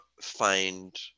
find